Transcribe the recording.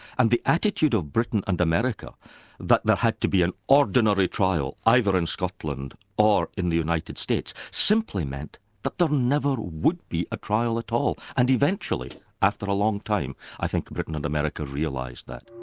and the attitude of britain and america that there had to be an ordinary trial either in scotland or in the united states, simply meant that there never would be a trial at all. and eventually after a long time, i think britain and america realised that.